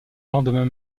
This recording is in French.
lendemain